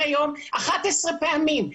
11 פעמים.